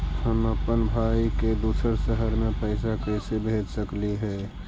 हम अप्पन भाई के दूसर शहर में पैसा कैसे भेज सकली हे?